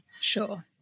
Sure